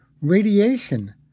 radiation